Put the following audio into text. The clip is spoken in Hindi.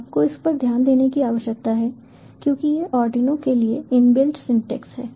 आपको इस पर ध्यान देने की आवश्यकता है क्योंकि यह आर्डिनो के लिए इनबिल्ट सिंटैक्स है